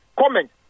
comment